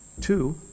two